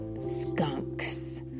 skunks